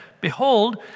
behold